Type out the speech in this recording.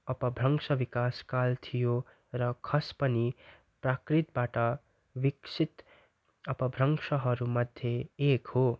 अपभ्रंश विकासकाल थियो र खस पनि प्राकृतबाट विकसित अपभंशहरूमध्ये एक हो